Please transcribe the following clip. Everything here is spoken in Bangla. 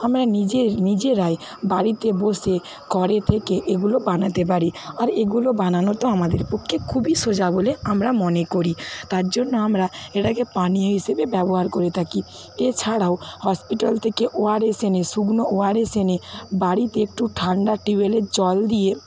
আমরা নিজেরাই বাড়িতে বসে ঘরে থেকে এগুলো বানাতে পারি আর এগুলো বানানো তো আমাদের পক্ষে খুবই সোজা বলে আমরা মনে করি তার জন্য আমরা এটাকে পানীয় হিসেবে ব্যবহার করে থাকি এছাড়াও হসপিটাল থেকে ওআরএস এনে শুকনো ওআরএস এনে বাড়িতে একটু ঠান্ডা টিউবওয়েলের জল দিয়ে